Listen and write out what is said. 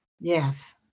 Yes